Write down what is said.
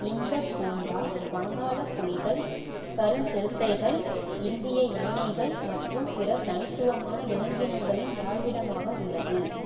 இந்தப் பூங்கா வங்காளப் புலிகள் கருஞ்சிறுத்தைகள் இந்திய யானைகள் மற்றும் பிற தனித்துவமான விலங்கினங்களின் வாழ்விடமாக உள்ளது